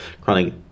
chronic